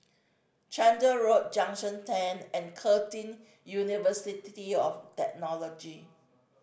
Chander Road Junction Ten and Curtin University of Technology